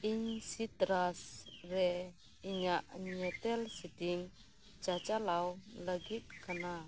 ᱤᱧ ᱥᱤᱛᱨᱟᱥ ᱨᱮ ᱤᱧᱟᱹᱜ ᱧᱮᱛᱮᱞ ᱥᱮᱴᱤᱝᱥ ᱪᱟᱼᱪᱟᱞᱟᱣ ᱞᱟᱹᱜᱤᱫ ᱠᱟᱱᱟ